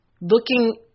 looking